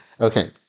Okay